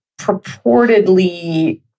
purportedly